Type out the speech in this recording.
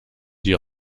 die